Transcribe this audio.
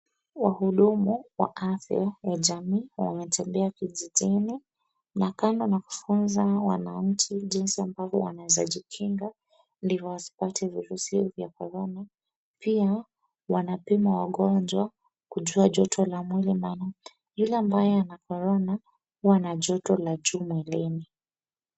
Wahudumu wa afya ya jamii wametembea kijijini na kando na kufunza wananchi jinsi ambavyo wanaeza jikinga ndivyo wasipate virusi za Corona. Pia wanapima wagonjwa kujua joto la mwili maana yule ambaye akona Corona huwa na joto la juu mwilini.